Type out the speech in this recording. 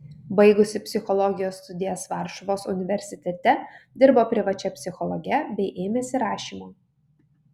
baigusi psichologijos studijas varšuvos universitete dirbo privačia psichologe bei ėmėsi rašymo